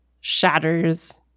shatters